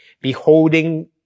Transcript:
beholding